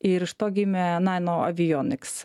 ir iš to gimė nanoavionics